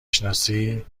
شناسی